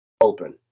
Open